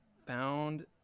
found